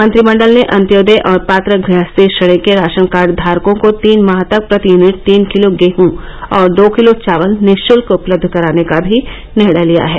मंत्रिमण्डल ने अन्त्योदय और पात्र गृहस्थी श्रेणी के राशन कार्ड धारकों को तीन माह तक प्रति यूनिट तीन किलो गेहूँ और दो किलो चावल निःशुल्क उपलब्ध कराने का भी निर्णय लिया है